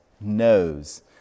knows